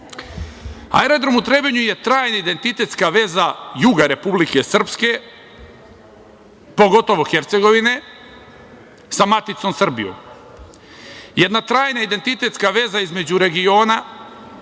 toga. Aerodrom u Trebinju je trajna identitetska veza juga Republike Srpske, pogotovo Hercegovine sa maticom Srbijom. Jedana trajna identitetska veza između regiona